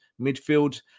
midfield